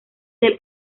del